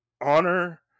honor